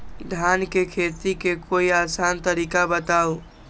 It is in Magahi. धान के खेती के कोई आसान तरिका बताउ?